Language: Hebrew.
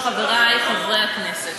חברי חברי הכנסת,